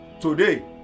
Today